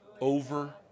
over